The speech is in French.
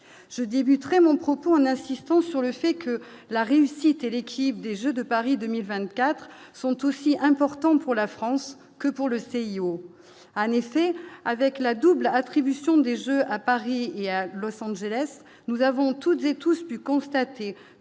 je débuterais mon propos en insistant sur le fait que la réussite et l'équipe des jeux de Paris 2024 sont aussi importants pour la France que pour le CIO, en effet, avec la double attribution des Jeux à Paris et à Los-Angeles, nous avons tous des tous pu constater que